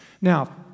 Now